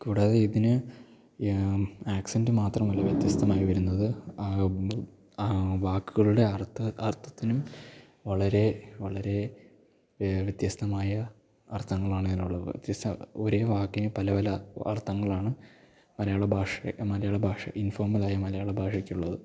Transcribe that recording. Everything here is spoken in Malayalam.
കൂടാതെ ഇതിന് ആക്സന്റ് മാത്രമല്ല വ്യത്യസ്തമായി വരുന്നത് വാക്കുകള് അർത്ഥം അർത്ഥത്തിനും വളരെ വളരെ വ്യത്യസ്തമായ അർത്ഥങ്ങളാണതിനുള്ളത് വ്യത്യസ്ഥ ഒരേ വാക്കിന് പല പല അർത്ഥങ്ങളാണ് മലയാള ഭാഷ മലയാള ഭാഷ ഇൻഫോർമ്മലായ മലയാള ഭാഷയ്ക്കുള്ളത്